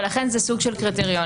ולכן זה סוג של קריטריון.